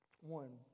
One